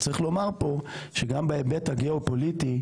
צריך לומר פה שגם בהיבט הגיאופוליטי,